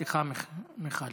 סליחה, מיכל.